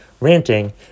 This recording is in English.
ranting